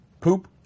poop